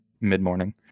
mid-morning